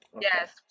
Yes